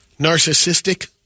narcissistic